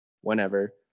whenever